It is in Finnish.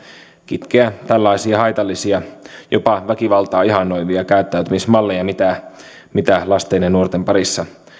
kitkeä tällaisia haitallisia jopa väkivaltaa ihannoivia käyttäytymismalleja joita lasten ja nuorten parissa